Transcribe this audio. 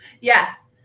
Yes